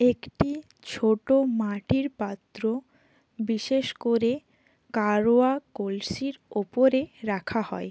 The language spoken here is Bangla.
একটি ছোট মাটির পাত্র বিশেষ করে কারওয়া কলসির উপরে রাখা হয়